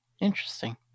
Interesting